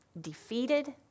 defeated